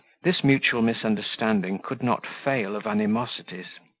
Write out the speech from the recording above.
this mutual misunderstanding could not fail of animosities.